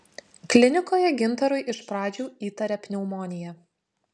klinikoje gintarui iš pradžių įtarė pneumoniją